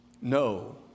No